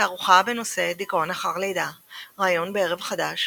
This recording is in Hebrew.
תערוכה בנושא דיכאון אחר לידה- ראיון בערב חדש,